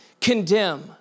condemn